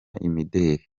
imideri